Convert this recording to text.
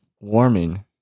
warming